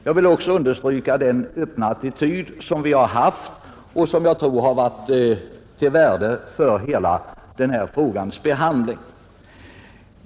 Jag vill också understryka den öppna attityd som vi haft och som jag tror varit av värde för hela denna frågas behandling.